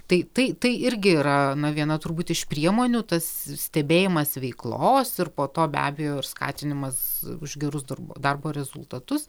tai tai tai irgi yra na viena turbūt iš priemonių tas stebėjimas veiklos ir po to be abejo ir skatinimas už gerus darbuo darbo rezultatus